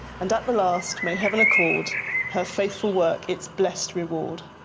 and at the last, may heaven accord her faithful work its blest reward!